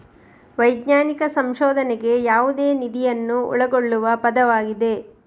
ವೈಜ್ಞಾನಿಕ ಸಂಶೋಧನೆಗೆ ಯಾವುದೇ ನಿಧಿಯನ್ನು ಒಳಗೊಳ್ಳುವ ಪದವಾಗಿದೆ